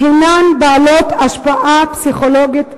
הן בעלות השפעה פסיכולוגית רבה,